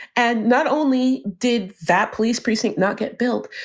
and not only did that police precinct not get built,